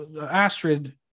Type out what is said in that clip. Astrid